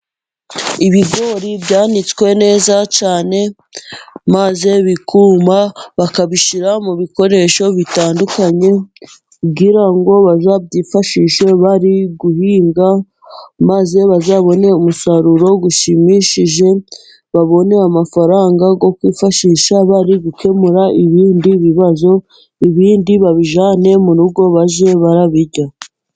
Ibigori byanitswe neza cyane maze bikuma, bakabishyira mu bikoresho bitandukanye, kugira ngo bazabyifashishe bari guhinga, maze bazabone umusaruro ushimishije, babone amafaranga yo kwifashisha bari gukemura ibindi bibazo, ibindi babijyane mu rugo bajye barabirya.